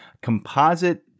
composite